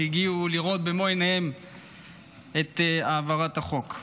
שהגיעו לראות במו עיניהן את העברת החוק.